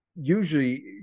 usually